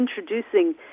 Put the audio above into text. introducing